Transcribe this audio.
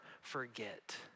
forget